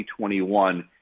2021